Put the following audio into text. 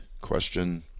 question